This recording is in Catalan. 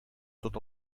tot